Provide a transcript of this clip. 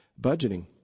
budgeting